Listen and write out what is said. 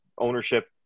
ownership